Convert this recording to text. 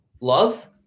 Love